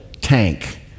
tank